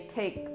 take